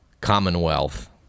commonwealth